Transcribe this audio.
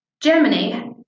Germany